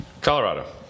Colorado